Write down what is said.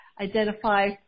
identify